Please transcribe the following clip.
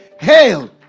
hail